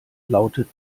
lautet